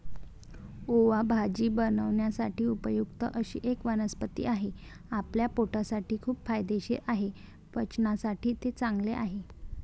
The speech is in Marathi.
ओवा भाजी बनवण्यासाठी उपयुक्त अशी एक वनस्पती आहे, आपल्या पोटासाठी खूप फायदेशीर आहे, पचनासाठी ते चांगले आहे